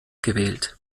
gewählt